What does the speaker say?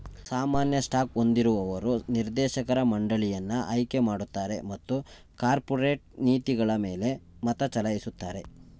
ಸಾಮಾನ್ಯ ಸ್ಟಾಕ್ ಹೊಂದಿರುವವರು ನಿರ್ದೇಶಕರ ಮಂಡಳಿಯನ್ನ ಆಯ್ಕೆಮಾಡುತ್ತಾರೆ ಮತ್ತು ಕಾರ್ಪೊರೇಟ್ ನೀತಿಗಳಮೇಲೆ ಮತಚಲಾಯಿಸುತ್ತಾರೆ